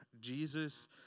Jesus